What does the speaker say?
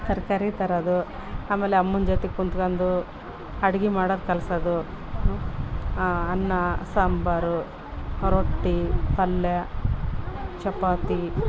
ತರಕಾರಿ ತರೋದು ಆಮೇಲೆ ಅಮ್ಮನ ಜೊತೆ ಕುಂತ್ಕೊಂಡು ಅಡುಗೆ ಮಾಡೋಕ್ ಕಲ್ಸೋದು ಅನ್ನ ಸಾಂಬಾರು ರೊಟ್ಟಿ ಪಲ್ಯ ಚಪಾತಿ